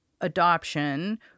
adoption